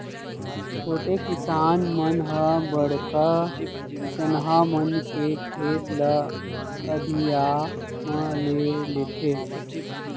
छोटे किसान मन ह बड़का किसनहा मन के खेत ल अधिया म ले लेथें